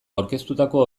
aurkeztutako